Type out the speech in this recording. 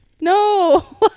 No